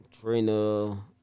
Trina